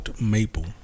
Maple